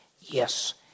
yes